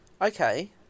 Okay